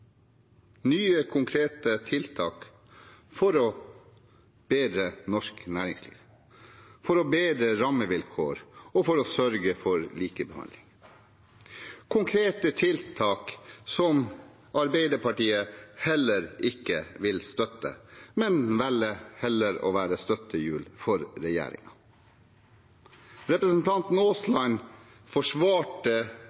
nye konkrete tiltak for å bedre norsk næringsliv, for å bedre rammevilkår og for å sørge for likebehandling – konkrete tiltak som Arbeiderpartiet ikke vil støtte, men velger heller å være støttehjul for regjeringen. Representanten